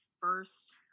first